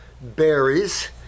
berries